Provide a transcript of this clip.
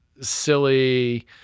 silly